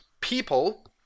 people